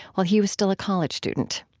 while he was still a college student.